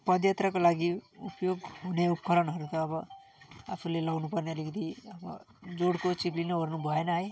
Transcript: पदयात्राको लागि उपयोग हुने उपकरणहरू त अब आफूले लाउनुपर्ने अलिकति अब जोडको चिप्लिनुओर्नु भएन है